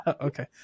Okay